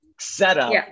setup